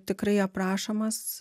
tikrai aprašomas